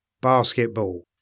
basketball